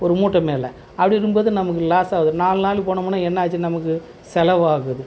ஒரு மூட்டை மேல் அப்படி இருக்கும் போது நமக்கு லாஸ் ஆகுது நாலு நாள் போனமுன்னால் என்னாச்சு நமக்கு செலவாகுது